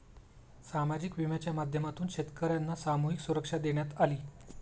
सामाजिक विम्याच्या माध्यमातून शेतकर्यांना सामूहिक सुरक्षा देण्यात आली